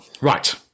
Right